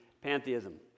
pantheism